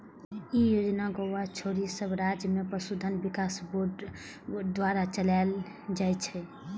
ई योजना गोवा छोड़ि सब राज्य मे पशुधन विकास बोर्ड द्वारा चलाएल जाइ छै